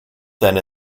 than